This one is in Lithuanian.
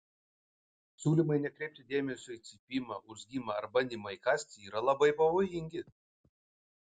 siūlymai nekreipti dėmesio į cypimą urzgimą ar bandymą įkąsti yra labai pavojingi